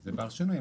זה בר שינוי,